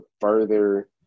further